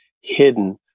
hidden